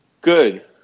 Good